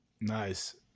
Nice